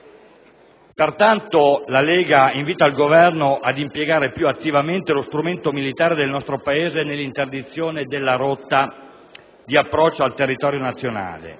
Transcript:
Pertanto la Lega invita il Governo ad impiegare più attivamente lo strumento militare nazionale nell'interdizione delle rotte di approccio al territorio nazionale